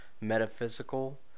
metaphysical